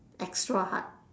extra hard